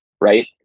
right